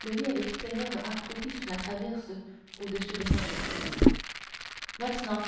le vit avec terreur accroupi sur la traverse au-dessus de sa tête maintenant